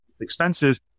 expenses